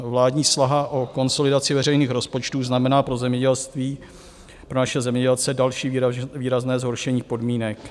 Vládní snaha o konsolidaci veřejných rozpočtů znamená pro zemědělství, pro naše zemědělce další výrazné zhoršení podmínek.